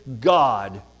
God